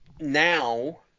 now